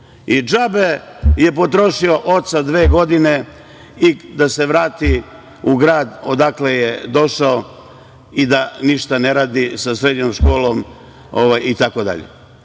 i džabe je potrošio oca dve godine, i da se vrati u grad odakle je došao i da ništa ne radi sa srednjom školom itd. Znači,